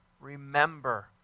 Remember